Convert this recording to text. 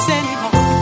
anymore